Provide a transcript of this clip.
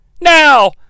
Now